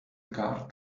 guard